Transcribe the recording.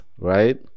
right